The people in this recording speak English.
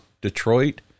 Detroit